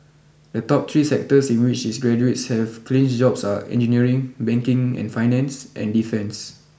the top three sectors in which its graduates have clinched jobs are engineering banking and finance and defence